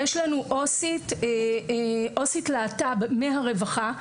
ויש לנו עו"סית להט"ב מהרווחה.